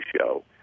show